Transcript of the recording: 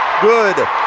good